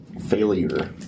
Failure